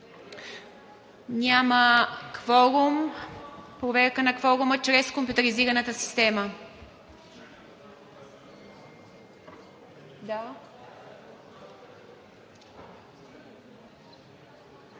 Проверка на кворума чрез компютризираната система.